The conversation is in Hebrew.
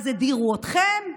אז הדירו אתכם,